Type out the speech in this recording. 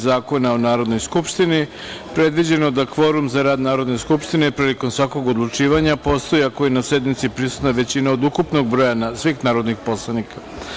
Zakona o Narodnoj skupštini predviđeno da kvorum za rad Narodne skupštine prilikom svakog odlučivanja postoji ako je na sednici prisutna većina od ukupnog broja svih narodnih poslanika.